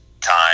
time